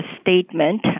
statement